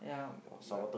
yeah but